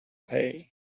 pay